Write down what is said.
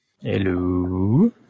Hello